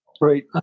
Right